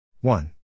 one